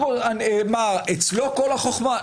אצלו כל החוכמה?